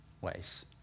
ways